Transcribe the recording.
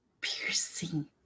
piercing